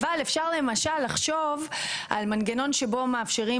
אבל אפשר למשל לחשוב על מנגנון שבו מאפשרים